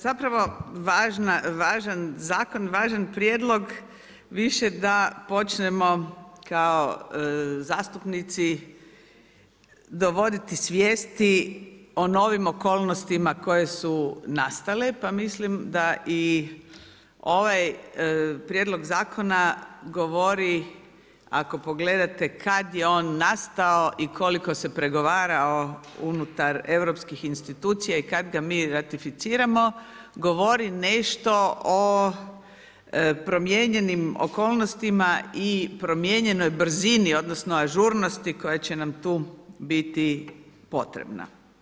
Zapravo važan zakon, važan prijedlog, više da počnemo kao zastupnici dovoditi svijesti o novim okolnostima koje su nastale, pa mislim da i ovaj prijedlog zakona, govori ako pogledate kada je on nastao i koliko se pregovara unutar europskih institucija i kada ga mi ratificiramo, govori nešto o promijenjenim okolnostima i promijenjenoj brzini, odnosno, ažurnosti, koja će nam tu biti potrebna.